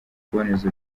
kuboneza